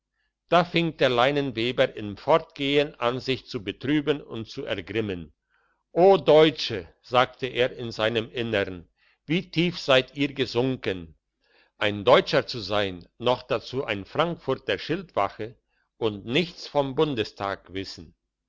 da fing der leineweber im fortgehen an sich zu betrüben und zu ergrimmen o deutsche sagte er in seinem innern wie tief seid ihr gesunken ein deutscher zu sein noch dazu eine frankfurter schildwache und nichts vom bundestag wissen